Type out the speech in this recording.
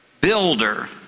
builder